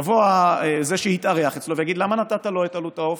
יבוא זה שהתארח אצלו ויגיד: למה נתת לו את עלות העוף?